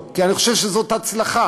כי אני חושב שזאת הצלחה.